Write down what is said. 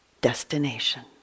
destination